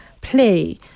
play